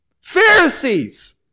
Pharisees